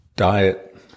Diet